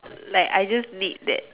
like I just need that